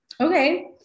Okay